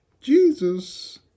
Jesus